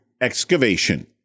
Excavation